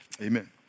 amen